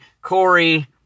Corey